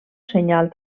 senyal